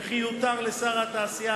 וכי יותר לשר התעשייה,